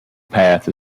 path